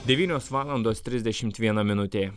devynios valandos trisdešimt viena minutė